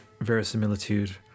verisimilitude